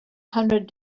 hundred